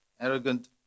Arrogant